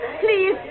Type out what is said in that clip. Please